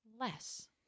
less